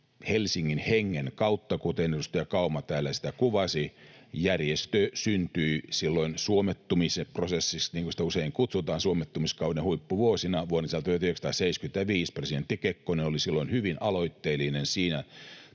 Helsingin hengen kautta, kuten edustaja Kauma täällä sitä kuvasi. Järjestö syntyi silloin, niin kuin sitä usein kutsutaan, suomettumiskauden huippuvuosina vuonna 1975. Presidentti Kekkonen oli silloin hyvin aloitteellinen siinä